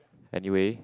anyway